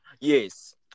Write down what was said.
yes